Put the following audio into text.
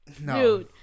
No